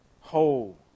whole